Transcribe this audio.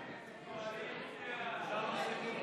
בעד, 39, נגד, 50,